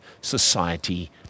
society